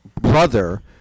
brother